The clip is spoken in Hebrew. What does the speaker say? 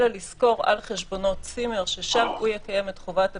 אלא לשכור על חשבונו צימר ששם יקיים את חובת הבידוד,